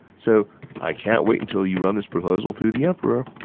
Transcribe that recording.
so i can't wait until you run this proposal through the emperor.